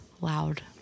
loud